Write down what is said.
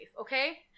okay